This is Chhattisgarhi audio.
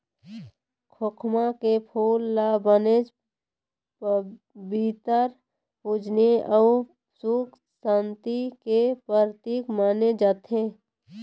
खोखमा के फूल ल बनेच पबित्तर, पूजनीय अउ सुख सांति के परतिक माने जाथे